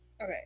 Okay